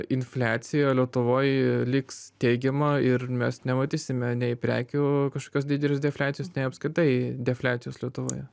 infliacija lietuvoj liks teigiama ir mes nematysime nei prekių kažkokios didelės defliacijos nei apskritai defliacijos lietuvoje